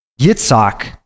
Yitzhak